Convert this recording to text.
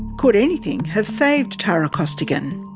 could anything have saved tara costigan?